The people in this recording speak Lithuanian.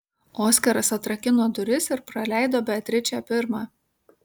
oskaras atrakino duris ir praleido beatričę pirmą